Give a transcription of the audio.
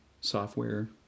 software